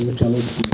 دوٚپمَکھ چلو ٹھیٖک چھُ